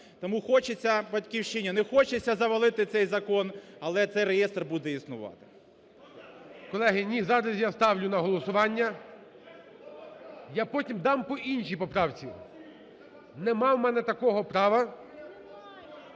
Тому хочеться "Батьківщині", не хочеться завалити цей закон, але цей реєстр буде існувати. ГОЛОВУЮЧИЙ. Колеги, ні, зараз я ставлю на голосування… Я потім дам по іншій поправці. Немає у мене такого права…